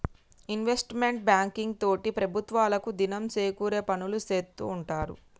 investment banking తోటి ప్రభుత్వాలకు దినం సేకూరే పనులు సేత్తూ ఉంటారు